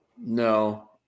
No